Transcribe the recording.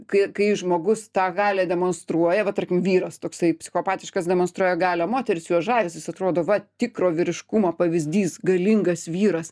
kai kai žmogus tą galią demonstruoja va tarkim vyras toksai psichopatiškas demonstruoja galią moterys juo žavisi jis atrodo va tikro vyriškumo pavyzdys galingas vyras